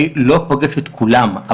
אני לא פוגש את כולם,